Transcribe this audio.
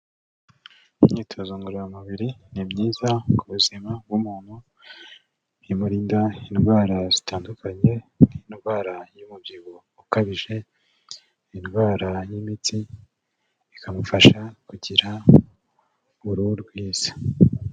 Imyitozo ngororamubiri ni myiza ku buzima bw'umuntu, imurinda indwara zitandukanye, indwara y'umubyibuho ukabije, indwara y'imitsi, ikamufasha kugira uruhu rwiza.